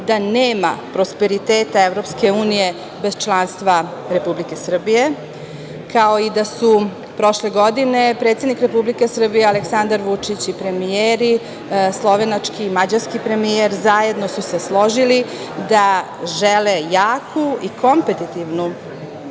da nema prosperiteta EU bez članstva Republike Srbije, kao i da su prošle godine predsednik Republike Srbije Aleksandar Vučić i premijeri, slovenački i mađarski premijer zajedno složili da žele jaku i kompetitivnu